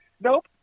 Nope